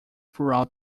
throughout